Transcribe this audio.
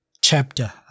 chapter